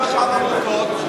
ברשם העמותות,